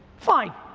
fine,